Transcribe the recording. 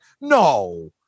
No